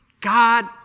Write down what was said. God